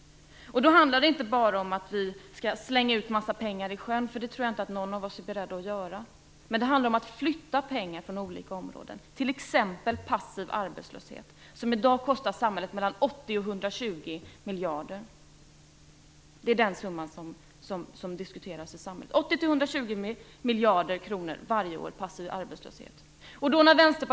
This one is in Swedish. Det handlar inte bara om att vi skall slänga ut en massa pengar i sjön. Det tror jag inte att någon av oss är beredd att göra. Det handlar om att flytta pengar från olika områden. Det gäller t.ex. passiv arbetslöshet, som i dag kostar samhället 80-120 miljarder. Det är den summan som diskuteras. Passiv arbetslöshet kostar varje år 80-120 miljarder.